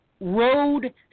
Road